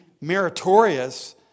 meritorious